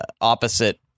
opposite